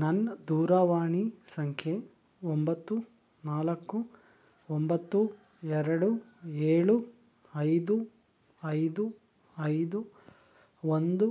ನನ್ನ ದೂರವಾಣಿ ಸಂಖ್ಯೆ ಒಂಬತ್ತು ನಾಲ್ಕು ಒಂಬತ್ತು ಎರಡು ಏಳು ಐದು ಐದು ಐದು ಒಂದು